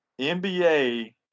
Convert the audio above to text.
NBA